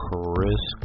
Chris